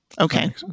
okay